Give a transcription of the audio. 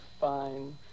fine